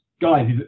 guys